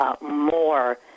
More